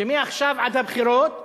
שמעכשיו עד הבחירות,